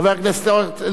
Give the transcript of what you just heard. חבר הכנסת הרצוג,